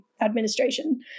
administration